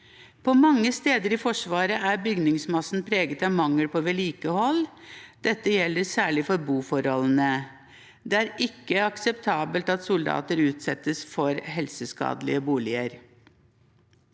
På mange steder i Forsvaret er bygningsmassen preget av mangel på vedlikehold. Dette gjelder særlig for boforholdene. Det er ikke akseptabelt at soldater utsettes for helseskadelige boliger.